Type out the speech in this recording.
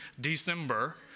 December